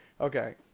Okay